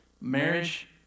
Marriage